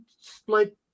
split